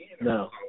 No